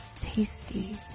Tasty